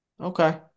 Okay